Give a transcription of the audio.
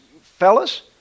fellas